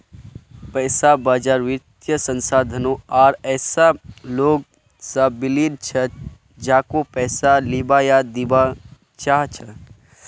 पैसा बाजार वित्तीय संस्थानों आर ऐसा लोग स बनिल छ जेको पैसा लीबा या दीबा चाह छ